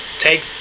take